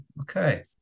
Okay